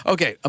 Okay